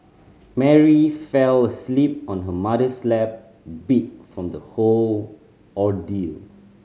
Mary fell asleep on her mother's lap beat from the whole ordeal